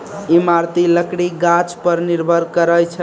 इमारती लकड़ी गाछ पर निर्भर करै छै